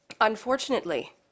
Unfortunately